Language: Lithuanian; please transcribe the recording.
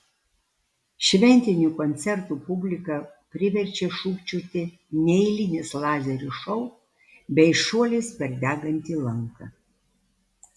šventinių koncertų publiką priverčia šūkčioti neeilinis lazerių šou bei šuolis per degantį lanką